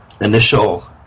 initial